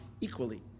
equally